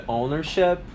ownership